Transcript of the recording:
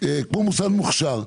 כמו מוסד מוכש"ר.